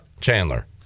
chandler